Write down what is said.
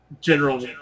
general